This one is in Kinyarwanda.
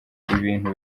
ibintu